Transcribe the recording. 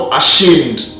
ashamed